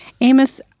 Amos